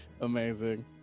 Amazing